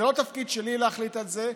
זה לא התפקיד שלי להחליט על זה,